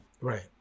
Right